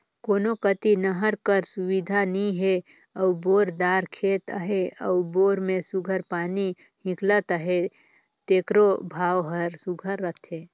कोनो कती नहर कर सुबिधा नी हे अउ बोर दार खेत अहे अउ बोर में सुग्घर पानी हिंकलत अहे तेकरो भाव हर सुघर रहथे